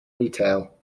retail